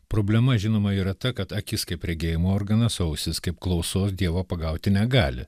problema žinoma yra ta kad akis kaip regėjimo organas ausis kaip klausos dievo pagauti negali